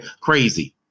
crazy